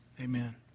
Amen